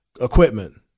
equipment